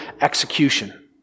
execution